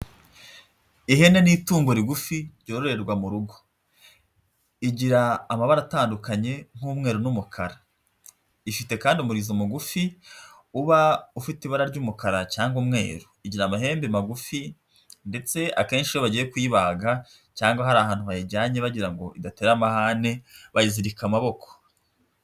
Ihene ni itungo rigufi ryororerwa mu rugo. Rigira amabara atandukanye nk'umweru n'umukara. Rifite kandi umurizo mugufi uba ufite ibara ry'umukara cyangwa umweru. Igira amahembe magufi ndetse akenshi iyo bagiye kuyibaga cyangwa hari ahantu bayijyanye bagira ngo idatera amahane, bayizirika amaboko.